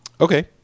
Okay